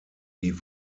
die